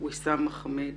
ויסאם מחאמיד